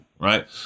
right